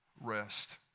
rest